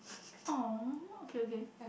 oh okay okay